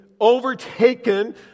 overtaken